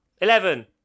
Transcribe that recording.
Eleven